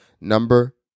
Number